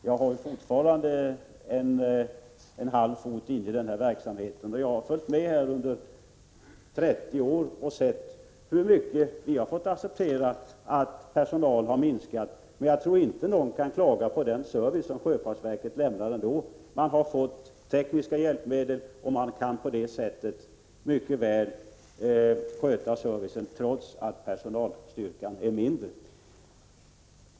Jag har fortfarande en halv fot kvar i denna verksamhet, och jag har följt med under 30 år och sett hur många personalminskningar som har fått accepteras. Jag tror ändå inte att någon kan klaga på den service som sjöfartsverket lämnar. Man har fått tekniska hjälpmedel och kan på det sättet mycket väl sköta servicen trots att personalstyrkan är mindre.